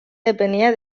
depenia